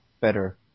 better